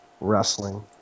wrestling